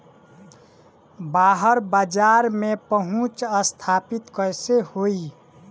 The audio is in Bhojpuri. बाहर बाजार में पहुंच स्थापित कैसे होई?